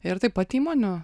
ir taip pat įmonių